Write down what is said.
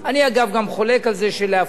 אני, אגב, גם חולק על זה, שלהפקיע